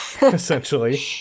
essentially